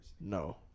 no